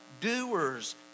doers